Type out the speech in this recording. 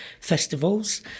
festivals